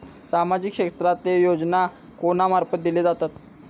सामाजिक क्षेत्रांतले योजना कोणा मार्फत दिले जातत?